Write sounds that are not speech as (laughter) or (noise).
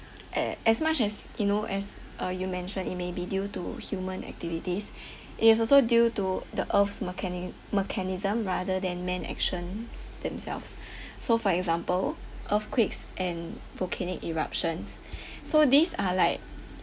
a~ as much as you know as uh you mentioned it may be due to human activities (breath) it is also due to the earth's mechani~ mechanism rather than men actions themselves so for example earthquakes and volcanic eruptions so these are like